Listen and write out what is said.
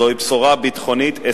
זוהי בשורה ביטחונית-אסטרטגית.